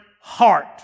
heart